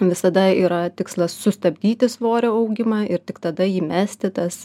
visada yra tikslas sustabdyti svorio augimą ir tik tada jį mesti tas